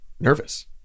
nervous